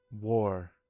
war